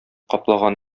каплаган